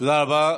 תודה רבה.